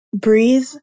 breathe